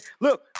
Look